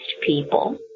people